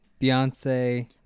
Beyonce